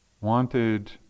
Wanted